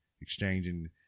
exchanging